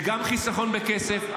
זה גם חיסכון בכסף.